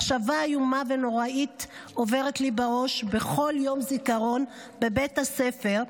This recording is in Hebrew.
מחשבה איומה ונוראית עוברת לי בראש בכל יום זיכרון בבית הספר,